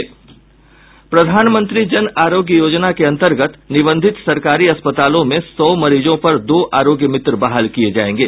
प्रधानमंत्री जन आरोग्य योजना के अंतर्गत निबंधित सरकारी अस्पतालों में सौ मरीजों पर दो आरोग्य मित्र बहाल किये जायेंगे